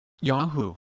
Yahoo